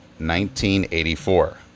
1984